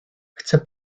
chcę